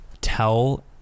Tell